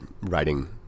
writing